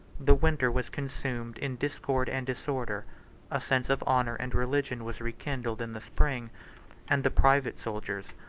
the winter was consumed in discord and disorder a sense of honor and religion was rekindled in the spring and the private soldiers,